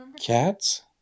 Cats